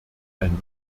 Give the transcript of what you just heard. ein